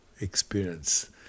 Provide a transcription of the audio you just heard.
experience